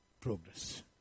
progress